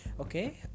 okay